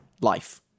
life